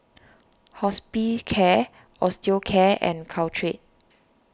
Hospicare Osteocare and Caltrate